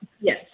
Yes